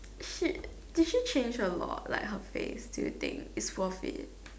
she did she change a lot like her face do you think it's for fate